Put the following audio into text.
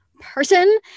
person